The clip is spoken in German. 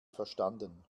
verstanden